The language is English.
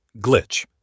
Glitch